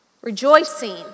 Rejoicing